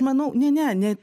manau ne ne ne